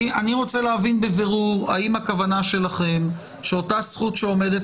אני רוצה להבין בבירור האם הכוונה שלכם היא שאותה זכות שעומדת